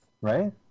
right